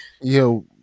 Yo